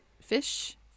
fish